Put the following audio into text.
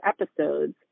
episodes